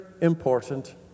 important